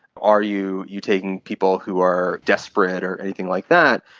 are you you taking people who are desperate or anything like that?